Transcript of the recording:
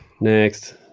Next